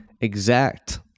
exact